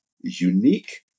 unique